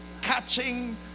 catching